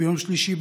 ביום שלישי,